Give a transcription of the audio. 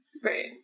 Right